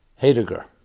Heidegger